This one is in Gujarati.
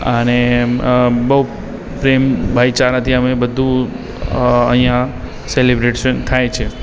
અને બહુ પ્રેમ ભાઇચારાથી અમે બધું અ અહીંયા સેલિબ્રેશન થાય છે